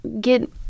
get